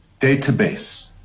database